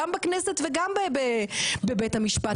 גם בכנסת וגם בבית המשפט,